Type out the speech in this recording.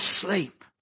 sleep